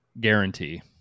Guarantee